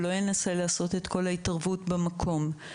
הוא לא ינסה לעשות את כל ההתערבות במקום.